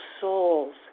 souls